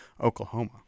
Oklahoma